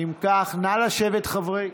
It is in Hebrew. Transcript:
בבקשה לשבת.